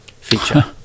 feature